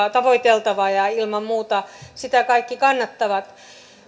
ja tavoiteltavia ja ilman muuta niitä kaikki kannattavat